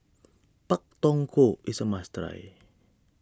Pak Thong Ko is a must try